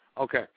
Okay